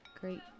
great